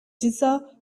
giza